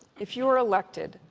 if you are elected,